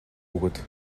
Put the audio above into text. бөгөөд